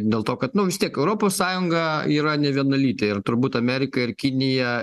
dėl to kad nu vis tiek europos sąjunga yra nevienalytė ir turbūt amerika ir kinija